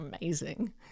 amazing